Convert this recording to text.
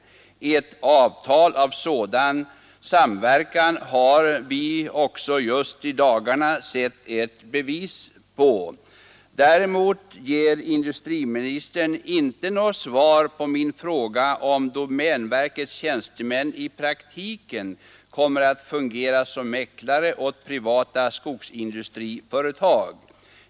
Ett avtal om samverkan har vi också just i dagarna ett bevis på. Däremot ger industriministern inte något svar på min fråga om domänverkets tjänstemän i praktiken kommer att fungera som mäklare åt privata skogsindustriföretag.